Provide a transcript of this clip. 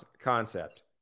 concept